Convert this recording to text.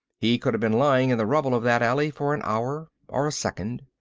he could have been lying in the rubble of that alley for an hour or a second.